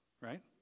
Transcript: right